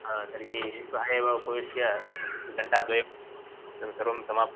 हा तर्हि श्वः एव उपविश्य घण्टाद्वयं सर्वं समाप्य